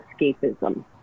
escapism